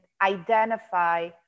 identify